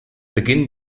beginn